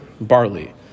barley